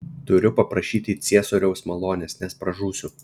turiu paprašyti ciesoriaus malonės nes pražūsiu